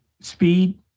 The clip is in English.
Speed